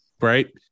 Right